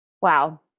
Wow